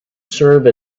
serve